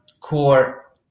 Core